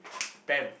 bam